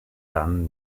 dann